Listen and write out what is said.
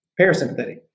parasympathetic